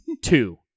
two